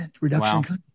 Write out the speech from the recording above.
reduction